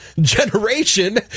generation